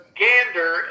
gander